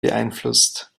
beeinflusst